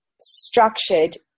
structured